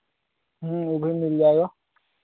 वह भी मिल जाएगा